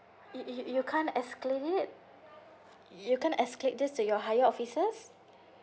you you you can't escalate it you can't escalate this to your higher officers